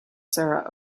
sarah